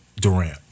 Durant